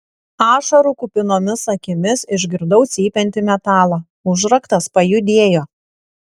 ašarų kupinomis akimis išgirdau cypiantį metalą užraktas pajudėjo